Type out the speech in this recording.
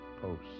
post